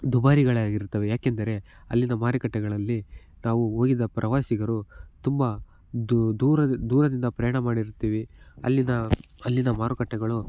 ದುಬಾರಿಗಳೇ ಆಗಿರ್ತವೆ ಯಾಕೆಂದರೆ ಅಲ್ಲಿನ ಮಾರುಕಟ್ಟೆಗಳಲ್ಲಿ ತಾವು ಹೋಗಿದ ಪ್ರವಾಸಿಗರು ತುಂಬ ದೂ ದೂರದ ದೂರದಿಂದ ಪ್ರಯಾಣ ಮಾಡಿರ್ತೀವಿ ಅಲ್ಲಿನ ಅಲ್ಲಿನ ಮಾರುಕಟ್ಟೆಗಳು